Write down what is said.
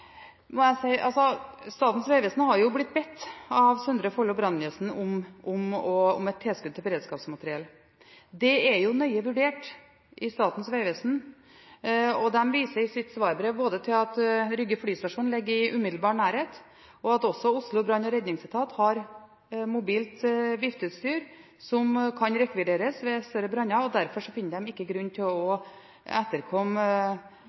må jeg si: Statens vegvesen er blitt bedt av Søndre Follo brannvesen om et tilskudd til beredskapsmateriell. Det er nøye vurdert i Statens vegvesen. De viser i sitt svarbrev til at Rygge flystasjon ligger i umiddelbar nærhet, og at Oslo brann- og redningsetat har mobilt vifteutstyr som kan rekvireres ved større branner. Derfor finner de ikke grunn til å etterkomme